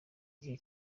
igihe